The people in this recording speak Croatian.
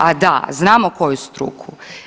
A da, znamo koju struku.